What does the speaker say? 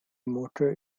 motor